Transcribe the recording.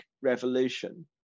revolution